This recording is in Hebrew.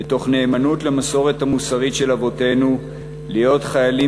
ותוך נאמנות למסורת המוסרית של אבותינו להיות חיילים